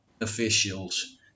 officials